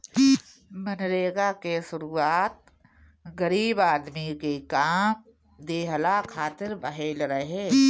मनरेगा के शुरुआत गरीब आदमी के काम देहला खातिर भइल रहे